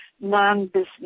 non-business